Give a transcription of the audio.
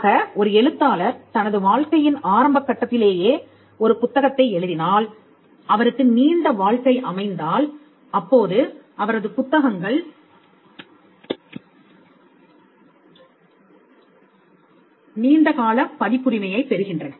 ஆக ஒரு எழுத்தாளர் தனது வாழ்க்கையின் ஆரம்பக்கட்டத்திலேயே ஒரு புத்தகத்தை எழுதினால் அவருக்கு நீண்ட வாழ்க்கை அமைந்தால் அப்போது அவரது புத்தகங்கள் நீண்ட கால பதிப்புரிமையைப் பெறுகின்றன